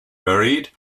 buried